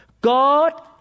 God